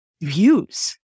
views